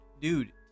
dude